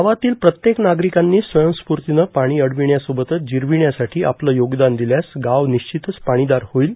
गावातील प्रत्येक नागरिकांनी स्वयंस्फूर्तीनं पाणी अडविण्यासोबतच जिरविण्यासाठी आपलं योगदान दिल्यास गाव निश्चितच पाणीदार होईल